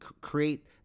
create